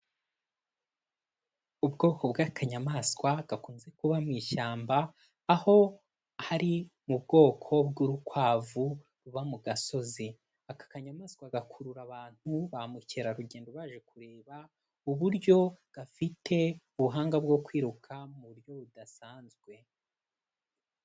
Ubwoko bw'akanyamaswa gakunze kuba mu ishyamba, aho hari mu bwoko bw'urukwavu ruba mu gasozi, aka kanyamaswa gakurura abantu ba mukerarugendo baje kureba uburyo gafite ubuhanga bwo kwiruka mu buryo budasanzwe.